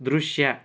ದೃಶ್ಯ